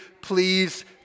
please